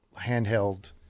handheld